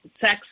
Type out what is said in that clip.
sex